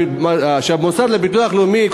ולפיו המוסד לביטוח לאומי,